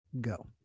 go